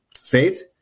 faith